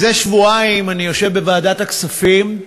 זה שבועיים אני יושב בוועדת הכספים,